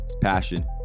passion